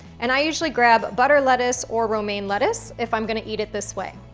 and i usually grab butter lettuce or romaine lettuce, if i'm gonna eat it this way.